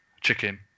Chicken